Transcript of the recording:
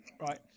right